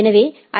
எனவே ஐ